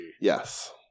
yes